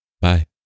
Bye